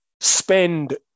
spend